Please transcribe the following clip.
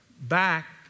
back